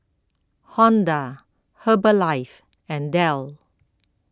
Honda Herbalife and Dell